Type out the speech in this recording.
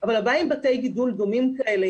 אבל הבעיה עם בתי גידול דומים כאלה,